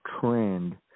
trend